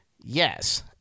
Yes